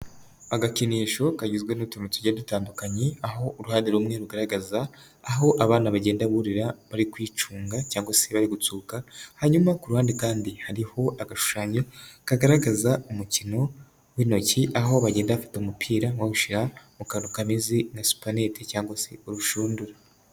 Agakinisho kagizwe n'utuntu tugiye dutandukanye, aho uruhare rumwe rugaragaza aho abana bagenda buririra bari kwicunga cyangwa se bari gutsuka, hanyuma ku ruhande kandi hariho agashushanyo kagaragaza umukino w'intoki aho bagenda bafata umupira bawushyira mu kantu kameze nka supanete cyangwa se urushundura.